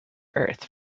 earth